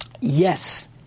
Yes